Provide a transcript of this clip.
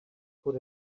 put